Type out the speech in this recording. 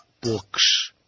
Books